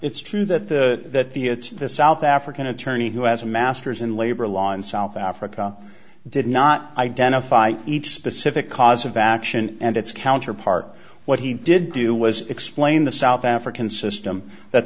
it's true that the that the it's the south african attorney who has a masters in labor law in south africa did not identify each specific cause of action and its counterpart what he did do was explain the south african system that